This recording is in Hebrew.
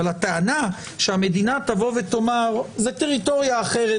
אבל הטענה שהמדינה תאמר: זה טריטוריה אחרת,